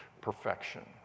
perfection